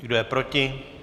Kdo je proti?